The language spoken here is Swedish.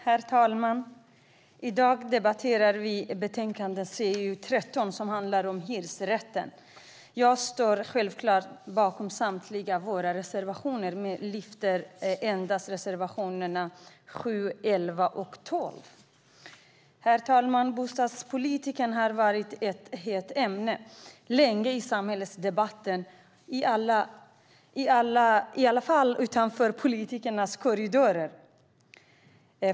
Herr talman! I dag debatterar vi betänkandet CU13, som handlar om hyresrätten. Jag står självklart bakom samtliga våra reservationer men yrkar bifall endast till reservationerna 7, 11 och 12. Herr talman! Bostadspolitiken har varit ett hett ämne länge i samhällsdebatten, i alla fall utanför politikernas korridorer.